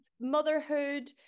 motherhood